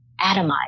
atomized